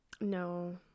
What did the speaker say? No